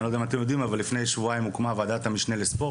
אני לא יודע אם אתם יודעים אבל לפני שבועיים הוקמה ועדת המשנה לספורט